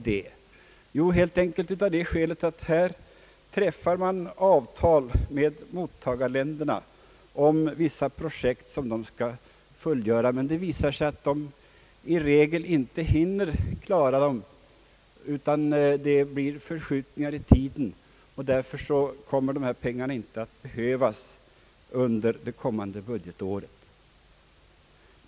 Det har visat sig att vederbörande u-land inte alltid hinner fullgöra de projekt som avtalats utan att förskjutningar uppstår, varför en del av dessa pengar inte kommer att behövas under det kommande <budgetåret.